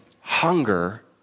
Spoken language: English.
hunger